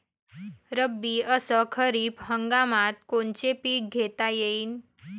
रब्बी अस खरीप हंगामात कोनचे पिकं घेता येईन?